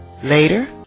Later